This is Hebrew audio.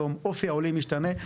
אופי העולים משתנה,